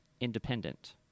Independent